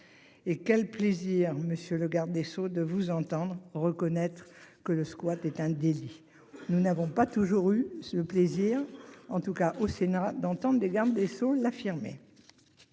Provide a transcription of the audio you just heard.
Et quel plaisir monsieur le garde des Sceaux de vous entendre reconnaître que le squat est un délit. Nous n'avons pas toujours eu le plaisir en tout cas au Sénat d'entente des gardes des Sceaux l'affirmer.